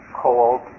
cold